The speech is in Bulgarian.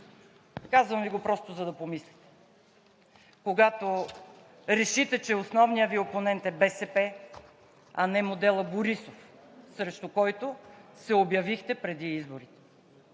Казвам Ви го просто за да помислим. Когато решите, че основният Ви опонент е БСП, а не моделът Борисов, срещу който се обявихте преди изборите.